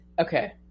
Okay